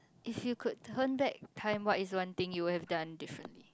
if you could turn back time what is one thing you would have done differently